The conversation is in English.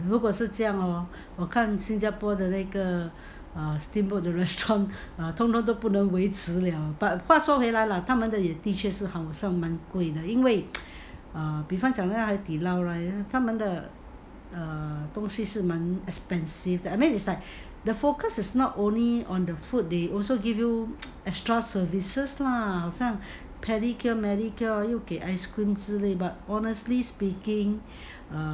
如果是这样 hor 我看新加坡的那个 uh steamboat restaurant 通通都不能维持了 but 话说回来 lah 他们的也是算是蛮贵的因为比方讲那样海底捞 right 他们的 err 东西是蛮 expensive I mean it's like the focus is not only on the food they also give you extra services lah 好像 pedicure manicure 又给 ice cream 之类 but honestly speaking